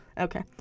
okay